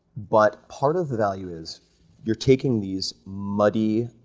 but part of the value is you're taking these muddy,